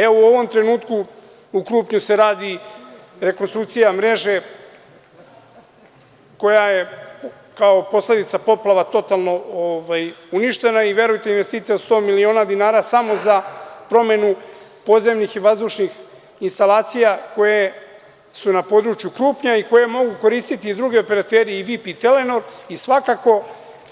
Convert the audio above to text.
Evo, u ovom trenutku u Krupnju se radi rekonstrukcija mreže koja je kao posledica poplava totalno uništena i verujte investicija od 100 miliona dinara samo za promenu podzemnih i vazdušnih instalacija koje su na području Krupnja i koje mogu koristiti i drugi operateri i VIP i Telenor, i svakako